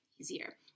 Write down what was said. easier